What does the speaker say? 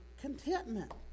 contentment